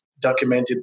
documented